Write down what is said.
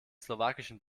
slowakischen